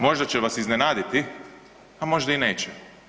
Možda će vas iznenaditi, a možda i neće?